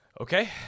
Okay